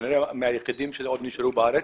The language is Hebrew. כנראה מהיחידים שעוד נשארו בארץ.